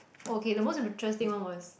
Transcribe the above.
okay the most interesting one was